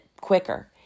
quicker